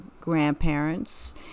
grandparents